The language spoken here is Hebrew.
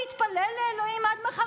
הוא יכול להתפלל לאלוהים עד מחר.